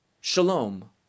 shalom